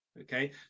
okay